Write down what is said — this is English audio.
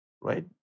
Right